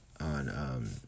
on